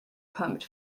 pumped